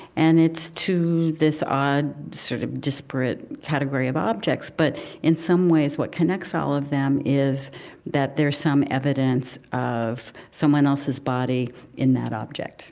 and it's to this odd, sort of, disparate category of objects, but in some ways what connects all of them is that there's some evidence of someone else's body in that object